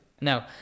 No